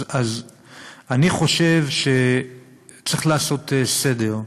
אז אני חושב שצריך לעשות סדר.